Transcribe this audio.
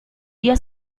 dia